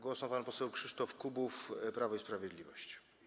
Głos ma pan poseł Krzysztof Kubów, Prawo i Sprawiedliwość.